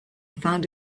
found